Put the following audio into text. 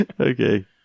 okay